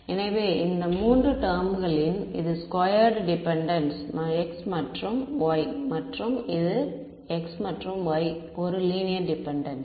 எனவே இந்த 3 டெர்ம்களின் இது ஸ்கொயர்டு டிபெண்டென்ஸ் x மற்றும் y மற்றும் இது x மற்றும் y ஒரு லீனியர் டிபெண்டென்ஸ்